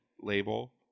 label